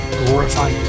glorify